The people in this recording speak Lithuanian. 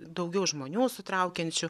daugiau žmonių sutraukiančių